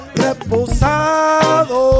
reposado